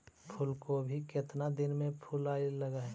फुलगोभी केतना दिन में फुलाइ लग है?